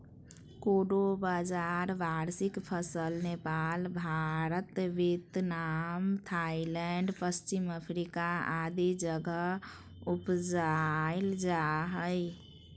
कोडो बाजरा वार्षिक फसल नेपाल, भारत, वियतनाम, थाईलैंड, पश्चिम अफ्रीका आदि जगह उपजाल जा हइ